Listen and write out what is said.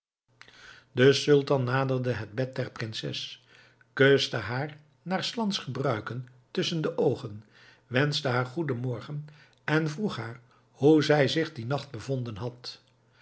de sultan naderde het bed der prinses kuste haar naar s lands gebruik tusschen de oogen wenschte haar goeden morgen en vroeg haar hoe zij zich dien nacht bevonden had